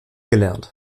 gelernt